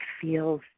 feels